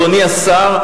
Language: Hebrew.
אדוני השר,